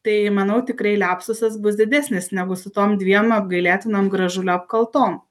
tai manau tikrai liapsusas bus didesnis negu su tom dviem apgailėtinom gražulio apkaltom